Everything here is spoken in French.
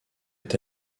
est